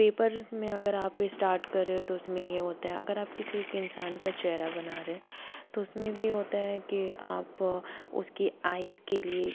paper में अगर आप इस्टार्ट कर रहे हैं तो उसमें ये होता है अगर आप किसी एक इंसान का चेहरा बना रहे तो उसमें भी ये होता है कि आप उसकी आइज़ के लिए